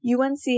UNC